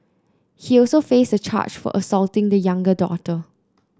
he also faced a charge for assaulting the younger daughter